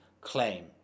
claim